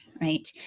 right